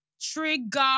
Trigger